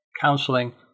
counseling